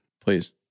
Please